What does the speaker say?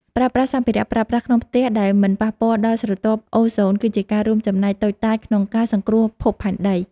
ប្រើប្រាស់សម្ភារប្រើប្រាស់ក្នុងផ្ទះដែលមិនប៉ះពាល់ដល់ស្រទាប់អូហ្សូនគឺជាការរួមចំណែកតូចតាចក្នុងការសង្គ្រោះភពផែនដី។